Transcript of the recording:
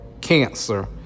cancer